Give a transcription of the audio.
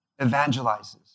evangelizes